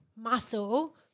muscle